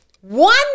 One